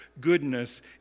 goodness